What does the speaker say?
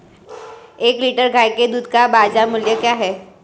एक लीटर गाय के दूध का बाज़ार मूल्य क्या है?